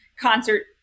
concert